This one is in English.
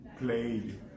played